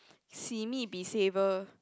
simi be saver